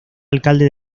alcalde